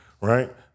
right